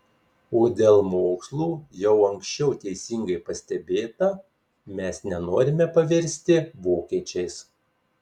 o dėl mokslų jau anksčiau teisingai pastebėta mes nenorime pavirsti vokiečiais